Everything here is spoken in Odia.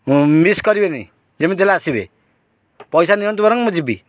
ମିସ୍ କରିବେନି ଯେମିତି ହେଲେ ଆସିବେ ପଇସା ନିଅନ୍ତୁ ବରଂ ମୁଁ ଯିବି